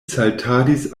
saltadis